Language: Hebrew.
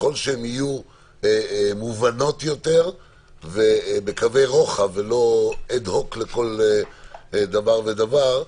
ככל שהן יהיו מובנות יותר ובקווי רוחב ולא אד-הוק לכל דבר ודבר,